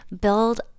build